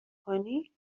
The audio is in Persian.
کنی